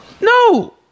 No